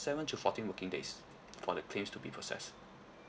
seven to fourteen working days for the claims to be processed